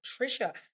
Trisha